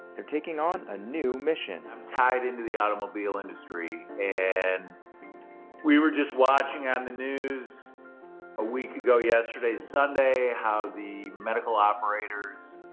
they're taking on a new mission. i'm tied into the automobile industry and we were just watching on the news a week ago yesterday, sunday, how the medical operators,